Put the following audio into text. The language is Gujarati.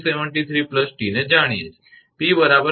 392𝑝273𝑡 ને જાણીએ છીએ